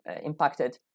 impacted